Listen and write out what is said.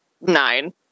nine